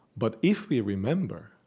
but if we remember,